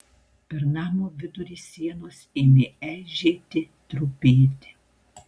per namo vidurį sienos ėmė eižėti trupėti